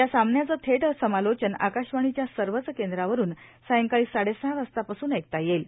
या सामन्याचं थेट समालोचन आकाशवाणीच्या सर्वच केंद्रांवरून सायंकाळी साडेसहा वाजतापासून ऐकता येईल